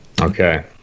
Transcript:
Okay